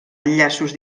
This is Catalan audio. enllaços